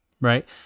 right